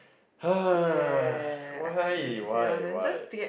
ha why why why